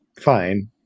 fine